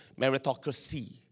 meritocracy